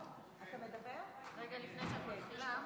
לפני שאת מתחילה,